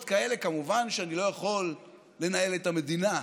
כאלה כמובן שאני לא יכול לנהל את המדינה.